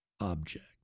object